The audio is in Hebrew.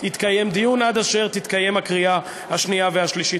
יתקיים דיון עד אשר תתקיים הקריאה השנייה והשלישית.